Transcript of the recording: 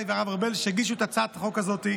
והרב ארבל שהגישו את הצעת החוק הזאת,